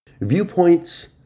Viewpoints